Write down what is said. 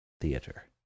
Theater